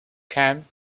camp